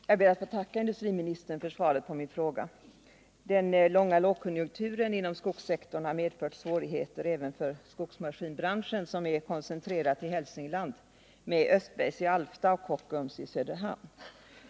Herr talman! Jag ber att få tacka industriministern för svaret på min fråga. Den långa lågkonjunkturen inom skogssektorn har medfört svårigheter även för skogsmaskinsbranschen, som bl.a. är koncentrerad till Hälsingland, vid Östbergs i Alfta och Kockums i Söderhamn.